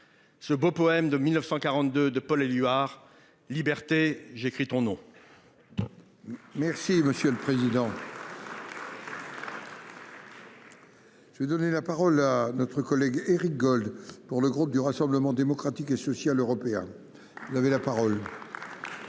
Ce beau poème de 1942 de Paul Éluard Liberté, j'écris ton nom.-- Merci monsieur le président. Je vais donner la parole à notre collègue Éric Gold pour le groupe du Rassemblement démocratique et social européen. Vous avez la parole.-- Merci